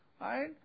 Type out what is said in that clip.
Right